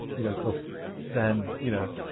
you know, because then, you know,